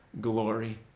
glory